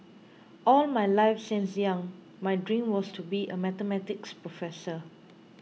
all my life since young my dream was to be a Mathematics professor